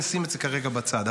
נשים את זה כרגע בצד.